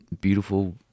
beautiful